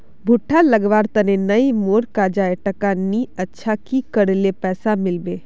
भुट्टा लगवार तने नई मोर काजाए टका नि अच्छा की करले पैसा मिलबे?